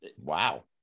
wow